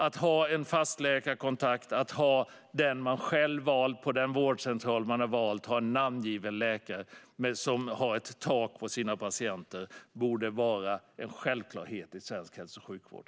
Att ha en fast läkarkontakt - en namngiven läkare man själv har valt, med ett tak för antalet patienter, på den vårdcentral man har valt - borde vara en självklarhet i svensk hälso och sjukvård.